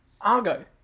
Argo